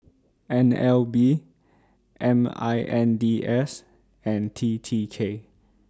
N L B M I N D S and T T K